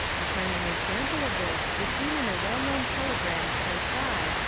a charming example of this is seen in a well known telegram sent by,